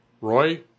Roy